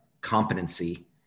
competency